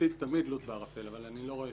העתיד תמיד לוט בערפל אבל אני לא רואה